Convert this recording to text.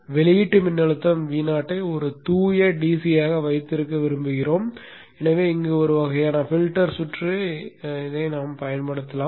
வெளியீட்டு மின்னழுத்தம் Vo ஐ ஒரு தூய DC ஆக வைத்திருக்க விரும்புகிறோம் எனவே இங்கு ஒரு வகையான பில்டர் சுற்று இருக்க பயன்படுத்தலாம்